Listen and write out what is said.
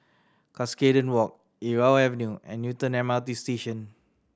Cuscaden Walk Irau Avenue and Newton M R T Station